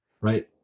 right